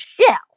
shell